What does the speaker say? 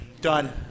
Done